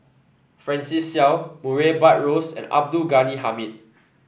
Francis Seow Murray Buttrose and Abdul Ghani Hamid